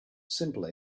simple